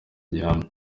gihamya